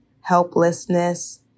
helplessness